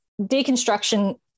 deconstruction